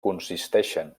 consisteixen